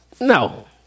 no